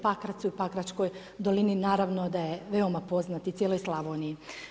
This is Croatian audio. Pakracu, pakračkoj dolini, naravno da je veoma poznat i cijeloj Slavoniji.